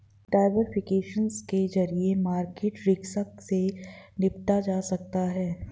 diversification के जरिए market risk से निपटा जा सकता है